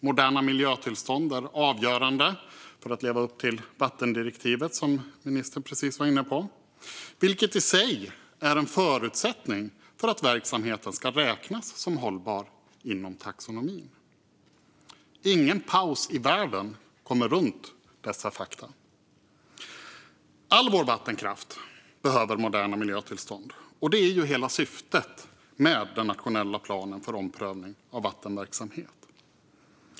Moderna miljötillstånd är i sin tur avgörande för att leva upp till vattendirektivet, som ministern precis var inne på, vilket i sig är en förutsättning för att verksamheten ska räknas som hållbar inom taxonomin. Ingen paus i världen kommer runt dessa fakta. All vår vattenkraft behöver moderna miljötillstånd, och det är hela syftet med den nationella planen för omprövning av vattenverksamhet.